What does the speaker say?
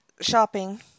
Shopping